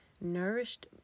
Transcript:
Nourished